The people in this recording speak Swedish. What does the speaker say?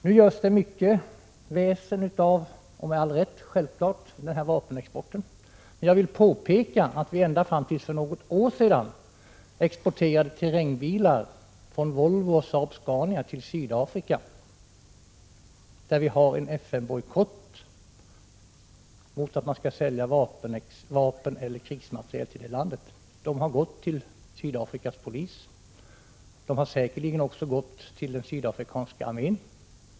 Det görs nu mycket väsen av denna vapenexport — och självfallet med all rätt — men jag vill påpeka att Sverige tills för något år sedan exporterade terrängbilar från Volvo och Saab-Scania till Sydafrika, där det gäller en FN-bojkott mot att sälja vapen eller krigsmateriel till det landet. Dessa bilar har gått till Sydafrikas polis och har säkerligen också gått till den sydafrikanska armén.